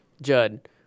Judd